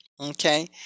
Okay